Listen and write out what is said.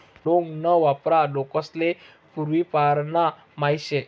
लौंग ना वापर लोकेस्ले पूर्वापारना माहित शे